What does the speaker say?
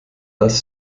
das